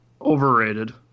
Overrated